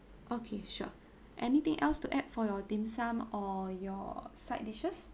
okay sure anything else to add for your dim sum or your side dishes